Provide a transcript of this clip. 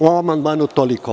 O ovom amandmanu toliko.